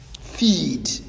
Feed